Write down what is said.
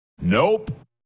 Nope